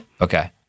Okay